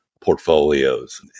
portfolios